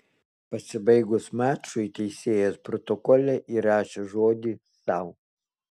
pasibaigus mačui teisėjas protokole įrašė žodį sau